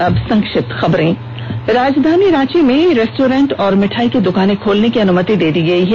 और अब संक्षिप्त खबरें राजधानी रांची में रेस्टोरेंट और मिठाई की द्कानें खोलने की अनुमति दे दी गई है